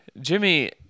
Jimmy